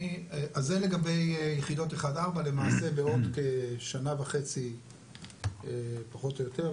זה לגבי יחידות 1-4. למעשה בעוד כשנה וחצי פחות או יותר,